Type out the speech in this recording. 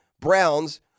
Browns